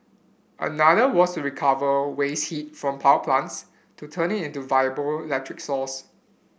another was to recover waste heat from power plants to turn it into a viable electric source